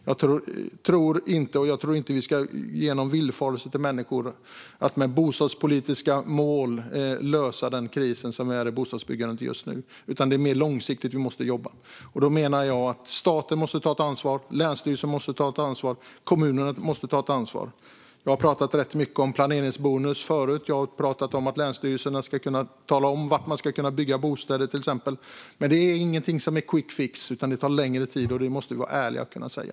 Jag tror inte att vi ska ge människor villfarelser om att det går att lösa den kris som just nu råder i bostadsbyggandet med bostadspolitiska mål, utan vi måste jobba mer långsiktigt. Jag menar att staten, länsstyrelserna och kommunerna måste ta ansvar. Jag har tidigare pratat rätt mycket om planeringsbonus, och jag har pratat om att länsstyrelserna ska kunna tala om var man ska kunna bygga bostäder. Men detta är inte någon quickfix, utan det tar längre tid. Det måste vi kunna vara ärliga och säga.